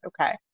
Okay